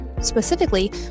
specifically